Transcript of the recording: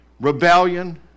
rebellion